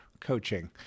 coaching